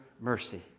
mercy